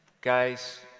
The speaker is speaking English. guys